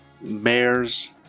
Bears